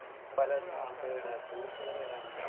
പലയിടത്തുനിന്നും ആൾക്കാർ വരാ ടൂറിസ്റ്റുകളൊക്കെ വരാറുണ്ട്